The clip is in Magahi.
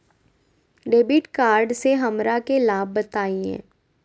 डेबिट कार्ड से हमरा के लाभ बताइए?